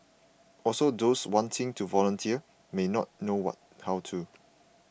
also those wanting to volunteer may not know how to